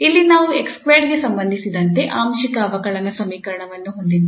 ಇಲ್ಲಿ ನಾವು 𝑥2 ಗೆ ಸಂಬಂಧಿಸಿದಂತೆ ಆಂಶಿಕ ಅವಕಲನ ಸಮೀಕರಣವನ್ನು ಹೊಂದಿದ್ದೇವೆ